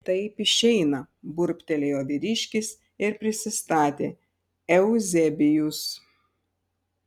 taip išeina burbtelėjo vyriškis ir prisistatė euzebijus